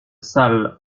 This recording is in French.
salle